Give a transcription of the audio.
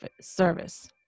service